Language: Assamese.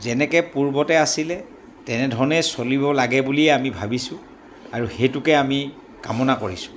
যেনেকৈ পূৰ্বতে আছিলে তেনেধৰণেই চলিব লাগে বুলিয়ে আমি ভাবিছোঁ আৰু সেইটোকে আমি কামনা কৰিছোঁ